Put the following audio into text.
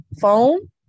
phone